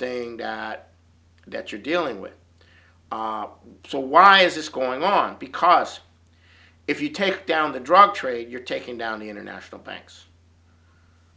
thing that you're dealing with so why is this going on because if you take down the drug trade you're taking down the international banks